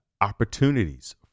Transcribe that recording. Opportunities